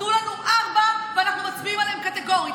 תנו לנו ארבעה, ואנחנו מצביעים על זה קטגורית.